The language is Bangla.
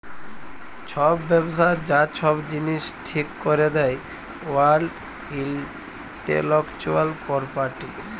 ছব ব্যবসার যা ছব জিলিস ঠিক ক্যরে দেই ওয়ার্ল্ড ইলটেলেকচুয়াল পরপার্টি